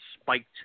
spiked